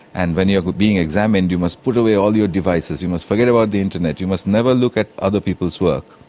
and when you are being examined you must put away all your devices, you must forget about the internet, you must never look at other people's work.